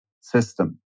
system